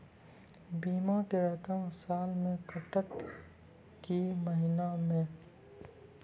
बीमा के रकम साल मे कटत कि महीना मे?